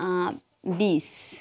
बिस